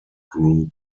group